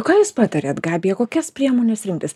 ką jūs patariat gabija kokias priemones rinktis